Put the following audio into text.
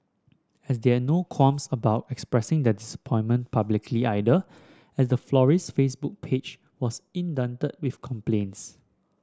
as there no qualms about expressing their disappointment publicly either as the florist's Facebook page was inundated with complaints